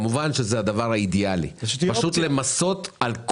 כמובן שזה הדבר האידיאלי, למסות כל קילומטר.